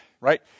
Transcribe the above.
Right